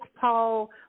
Paul